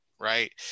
right